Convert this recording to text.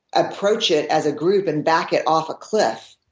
approach it as a group and back it off a cliff